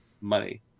money